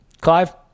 Clive